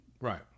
Right